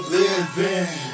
living